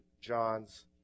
John's